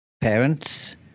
Parents